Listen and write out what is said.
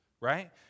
right